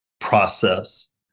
process